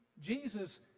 jesus